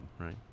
right